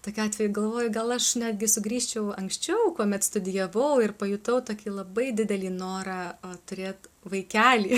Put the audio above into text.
tokiu atveju galvoju gal aš netgi sugrįžčiau anksčiau kuomet studijavau ir pajutau tokį labai didelį norą turėt vaikelį